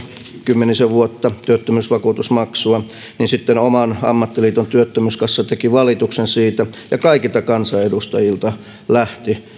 kymmenisen vuotta työttömyysvakuutusmaksua niin sitten oman ammattiliiton työttömyyskassa teki valituksen siitä ja kaikilta kansanedustajilta lähti